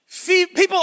People